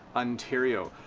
ontario.